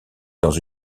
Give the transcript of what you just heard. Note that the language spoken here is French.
dans